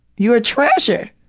you're a treasure!